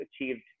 achieved